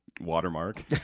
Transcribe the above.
watermark